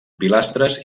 pilastres